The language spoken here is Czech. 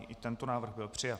I tento návrh byl přijat.